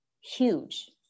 huge